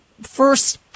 first